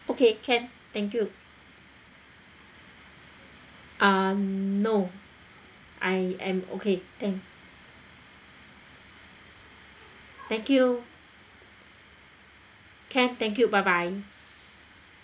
okay can thank you ah no I am okay thanks thank you can thank you bye bye